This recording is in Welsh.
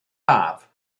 haf